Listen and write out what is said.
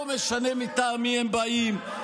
לא משנה מטעם מי הם באים,